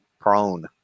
prone